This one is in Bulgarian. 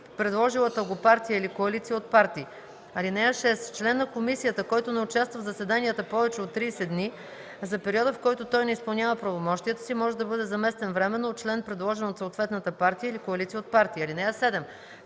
предложилата го партия или коалиция от партии. (6) Член на комисията, който не участва в заседанията повече от 30 дни, за периода, в който той не изпълнява правомощията си, може да бъде заместен временно от член, предложен от съответната партия или коалиция от партии. (7)